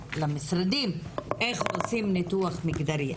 איך עושים ניתוח מגדרי.